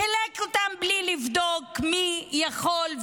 הוא חילק אותם בלי לבדוק מי יכול,